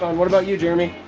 um what about you jeremy?